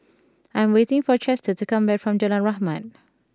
I am waiting for Chester to come back from Jalan Rahmat